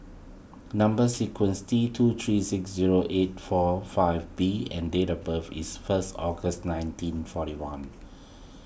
Number Sequence T two three six zero eight four five B and date of birth is first August nineteen forty one